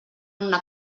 una